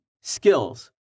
Skills